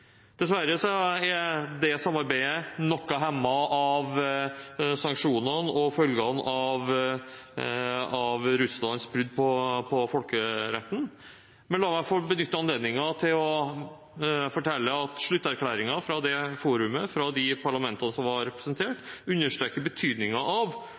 er det samarbeidet noe hemmet av sanksjoner og følgene av Russlands brudd på folkeretten, men la meg benytte anledningen til å fortelle at slutterklæringen fra forumet, fra de parlamentene som var representert, understreker betydningen av